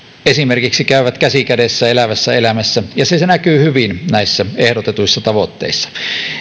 käyvät käsi kädessä elävässä elämässä ja se se näkyy hyvin näissä ehdotetuissa tavoitteissa